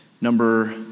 Number